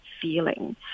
feeling